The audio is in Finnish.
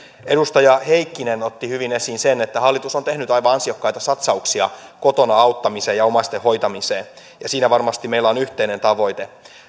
edustaja heikkinen otti hyvin esiin sen että hallitus on tehnyt aivan ansiokkaita satsauksia kotona auttamiseen ja omaisten hoitamiseen ja siinä varmasti meillä on yhteinen tavoite